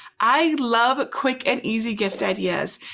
i love quick and easy gift ideas.